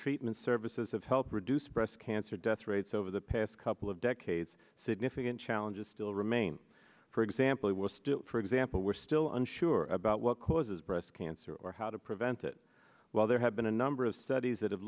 treatment services have helped reduce breast cancer death rates over the past couple of decades significant challenges still remain for example still for example we're still unsure about what causes breast cancer or how to prevent it while there have been a number of studies that have